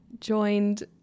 joined